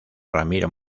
ramiro